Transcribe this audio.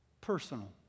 personal